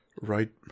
right